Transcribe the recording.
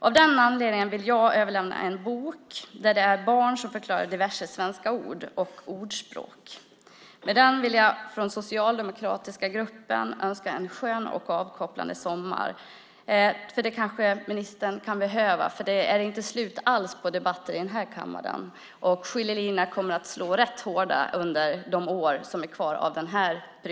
Av den anledningen vill jag överlämna en bok där barn förklarar diverse svenska ord och ordspråk. Med den vill jag från socialdemokratiska gruppen önska en skön och avkopplande sommar. Det kan ministern behöva, för det är inte slut på debatterna i kammaren och skiljelinjerna kommer att slå hårt under de år som är kvar.